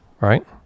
right